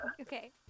Okay